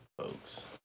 folks